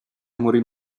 morì